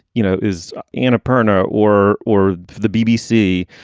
you know, is in a perner or or the bbc.